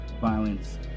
Violence